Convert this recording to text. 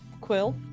quill